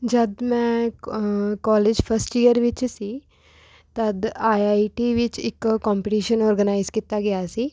ਜਦ ਮੈਂ ਕ ਕੋਲਜ ਫਸਟ ਈਅਰ ਵਿੱਚ ਸੀ ਤਦ ਆਈ ਆਈ ਟੀ ਵਿੱਚ ਇੱਕ ਕੋਪੀਟੀਸ਼ਨ ਔਰਗਨਾਈਜ਼ ਕੀਤਾ ਗਿਆ ਸੀ